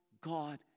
God